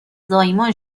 زایمان